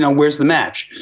um where's the match,